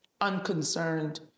unconcerned